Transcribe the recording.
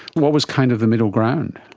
what was kind of the middle ground?